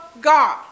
God